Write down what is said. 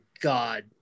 God